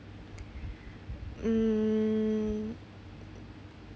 um